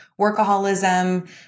workaholism